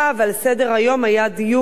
על סדר-היום היה דיון: